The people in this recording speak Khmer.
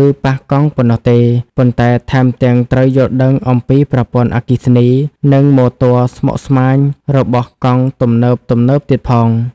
ឬប៉ះកង់ប៉ុណ្ណោះទេ ប៉ុន្តែថែមទាំងត្រូវយល់ដឹងអំពីប្រព័ន្ធអគ្គិសនី និងម៉ូទ័រស្មុគស្មាញរបស់កង់ទំនើបៗទៀតផង។